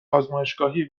آزمایشگاهی